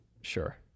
Sure